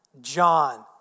John